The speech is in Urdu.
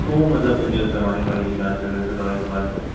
تو مطلب مجھے کروانی پڑے گی جانچ اگر اس دوائی کے بعد میں